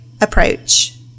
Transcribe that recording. approach